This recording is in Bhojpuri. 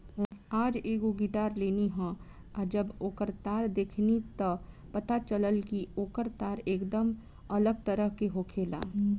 आज एगो गिटार लेनी ह आ जब ओकर तार देखनी त पता चलल कि ओकर तार एकदम अलग तरह के होखेला